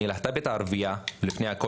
אני להט״בית ערבייה,